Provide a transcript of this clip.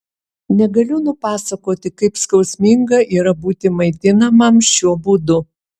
negaliu nupasakoti kaip skausminga yra būti maitinamam šiuo būdu